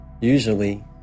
usually